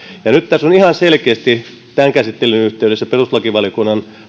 nyt tässä on ihan selkeästi tämän käsittelyn yhteydessä perustuslakivaliokunnan